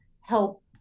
help